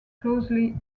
closely